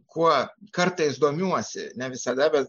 kuo kartais domiuosi ne visada bet